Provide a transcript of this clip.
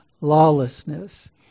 lawlessness